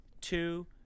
two